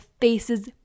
faces